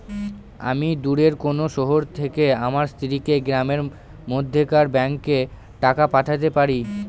আমি দূরের কোনো শহর থেকে আমার স্ত্রীকে গ্রামের মধ্যেকার ব্যাংকে টাকা পাঠাতে পারি?